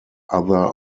other